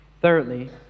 Thirdly